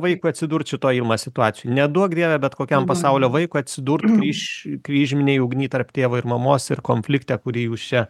vaikui atsidurt šitoj ilma situacijoj neduok dieve bet kokiam pasaulio vaikui atsidurt kryš kryžminėj ugny tarp tėvo ir mamos ir konflikte kurį jūs čia